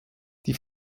die